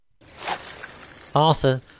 Arthur